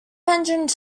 engines